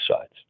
sides